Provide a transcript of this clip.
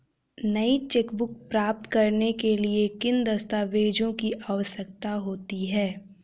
नई चेकबुक प्राप्त करने के लिए किन दस्तावेज़ों की आवश्यकता होती है?